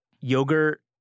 yogurt